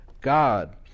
God